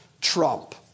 trump